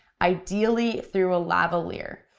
ideally through a lavalier.